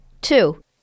Two